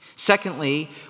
Secondly